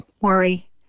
worry